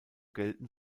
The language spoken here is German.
gelten